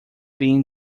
being